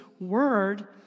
word